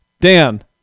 Dan